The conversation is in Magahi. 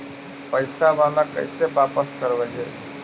पैसा बाला कैसे बापस करबय?